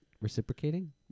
reciprocating